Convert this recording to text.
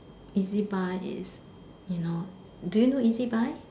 E_Z buy is you know do you know E_Z buy